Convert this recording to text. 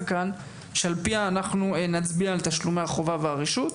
כאן שעל פיה אנחנו נצביע על תשלומי החובה והרשות,